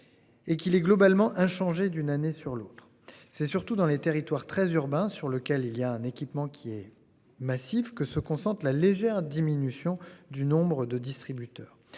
Et qu'il est globalement inchangé d'une année sur l'autre. C'est surtout dans les territoires très urbain sur lequel il y a un équipement qui est massif que se concentre la légère diminution du nombre de distributeurs,